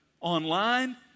online